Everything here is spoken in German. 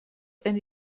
eine